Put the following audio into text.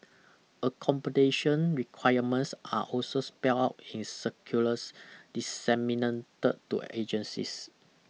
accommodation requirements are also spell out in circulars disseminated to agencies